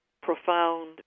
profound